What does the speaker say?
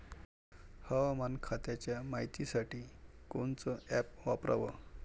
हवामान खात्याच्या मायतीसाठी कोनचं ॲप वापराव?